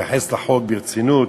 מתייחס לחוק ברצינות.